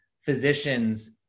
physicians